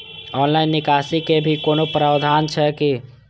Online निकासी के भी कोनो प्रावधान छै की?